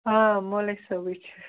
آ مولوی صٲبٕے چھُ